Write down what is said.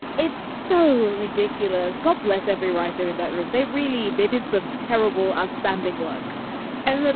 it's so ridiculous. god bless every writer in that room. they really they did some terrible, outstanding work um ah